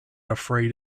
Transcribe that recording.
afraid